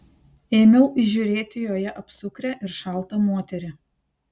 ėmiau įžiūrėti joje apsukrią ir šaltą moterį